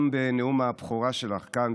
גם בנאום הבכורה שלך כאן,